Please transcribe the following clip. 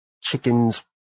chickens